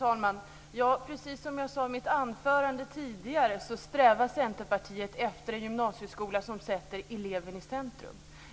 Fru talman! Precis som jag sade i mitt anförande tidigare strävar Centerpartiet efter en gymnasieskola som sätter eleven i centrum.